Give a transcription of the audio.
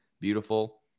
beautiful